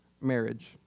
marriage